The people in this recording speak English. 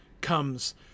comes